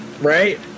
Right